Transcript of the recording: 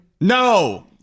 No